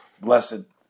blessed